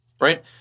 right